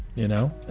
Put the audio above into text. you know? and